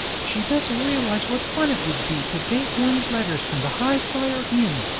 she doesn't realize what fun it would be to date one's letters from the highflyer inn,